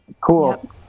Cool